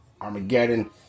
Armageddon